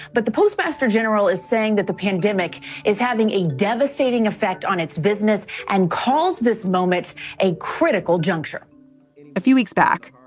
but the postmaster general is saying that the pandemic is having a devastating effect on its business and calls this moment a critical juncture a few weeks back,